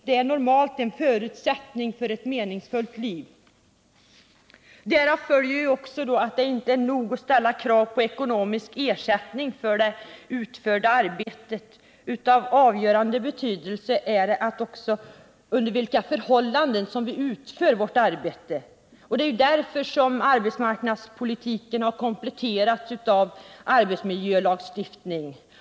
Det är normalt en förutsättning för ett meningsfullt liv. Därav följer också att det inte är nog att ställa krav på ekonomisk ersättning för det utförda arbetet. Av avgörande betydelse är också under vilka förhållanden arbetet utförs. Det är därför som arbetsmarknadspolitiken kompletteras av en arbetsmiljölagstiftning.